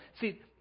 See